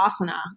asana